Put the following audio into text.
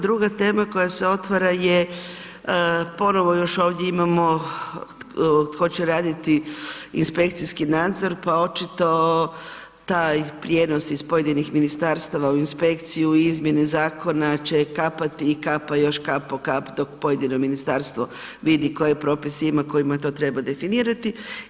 Druga tema koja se otvara je ponovno još ovdje imamo, tko će raditi inspekcijski nadzor pa očito taj prijenos iz pojedinih ministarstava u inspekciju i izmjene zakona će kapati i kapaju još kap po kap dok pojedino ministarstvo vidi koje propise ima kojima to treba definirati.